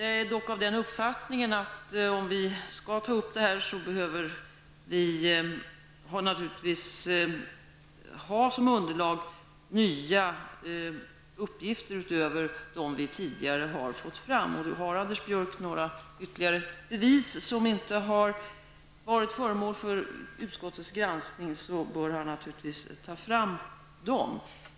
Jag har den uppfattningen att om vi skall ta upp detta behöver vi ha som underlag nya uppgifter utöver dem vi tidigare fått fram. Har Anders Björck några ytterligare bevis som inte varit föremål för utskottets granskning bör han naturligtvis ta fram dem.